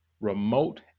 remote